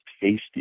tasty